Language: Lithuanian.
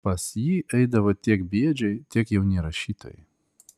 pas jį eidavo tiek bėdžiai tiek jauni rašytojai